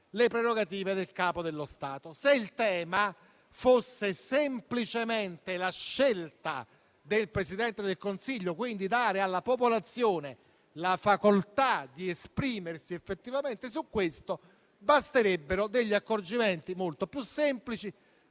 Se il tema fosse semplicemente la scelta del Presidente del Consiglio, quindi dare alla popolazione la facoltà di esprimersi effettivamente su questo, basterebbero degli accorgimenti molto più semplici.